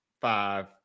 five